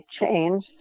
change